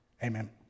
Amen